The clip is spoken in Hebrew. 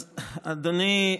אז אדוני היושב-ראש,